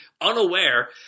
unaware